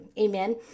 Amen